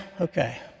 okay